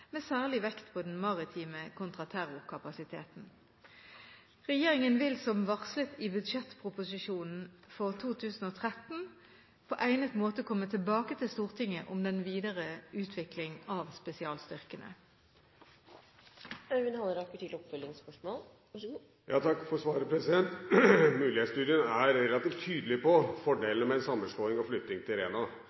med særlig vekt på den maritime kontraterrorkapasiteten. Regjeringen vil, som varslet i budsjettproposisjonen for 2013, på egnet måte komme tilbake til Stortinget om den videre utvikling av spesialstyrkene. Jeg vil takke for svaret. Mulighetsstudien er relativt tydelig på fordelene med en sammenslåing og flytting til